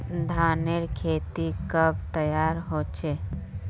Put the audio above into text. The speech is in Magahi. धानेर खेती कब तैयार होचे?